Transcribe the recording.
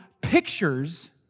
pictures